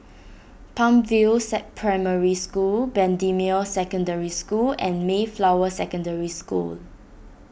Palm View set Primary School Bendemeer Secondary School and Mayflower Secondary School